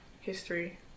history